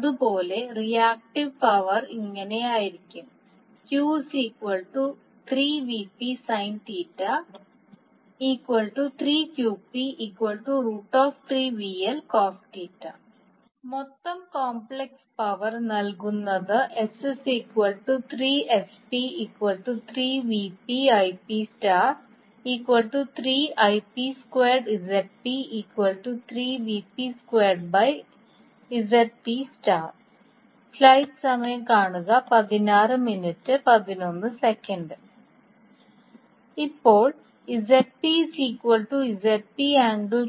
അതുപോലെ reactive power ഇങ്ങനെ ആയിരിക്കും മൊത്തം കോംപ്ലക്സ് പവർ നൽകുന്നത് ഇപ്പോൾ Zp Zp∠θ